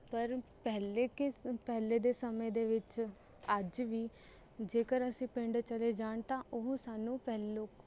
ਪਰ ਪਹਿਲੇ ਕਿ ਪਹਿਲੇ ਦੇ ਸਮੇਂ ਦੇ ਵਿੱਚ ਅੱਜ ਵੀ ਜੇਕਰ ਅਸੀਂ ਪਿੰਡ ਚਲੇ ਜਾਣ ਤਾਂ ਉਹ ਸਾਨੂੰ ਪਹਿਲੇ